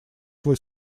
свой